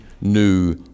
new